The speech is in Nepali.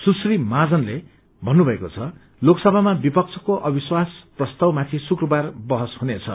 सुश्री महाजनले भन्नुभएको छ लोकसभामा विपक्षको अविश्वास प्रस्तावमाथि शुक्रबार बहस हुनेछ